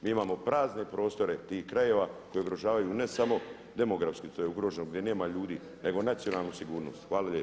Mi imamo prazne prostore tih krajeva koji ugrožavaju ne samo demografski, to je ugroženo gdje nema ljudi nego nacionalnu sigurnost.